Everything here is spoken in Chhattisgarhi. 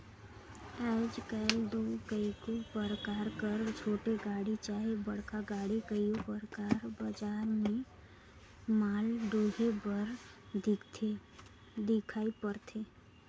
आएज काएल दो कइयो परकार कर छोटे गाड़ी चहे बड़खा गाड़ी कइयो परकार बजार में माल डोहे बर दिखई परथे